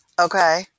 okay